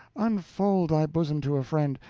unfold thy bosom to a friend,